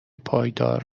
پایدار